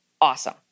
awesome